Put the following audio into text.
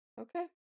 Okay